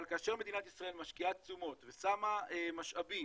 אבל כאשר מדינת ישראל משקיעה תשומות ושמה משאבים